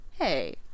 Hey